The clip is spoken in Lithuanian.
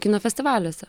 kino festivaliuose